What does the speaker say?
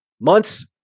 months